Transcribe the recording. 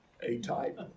A-type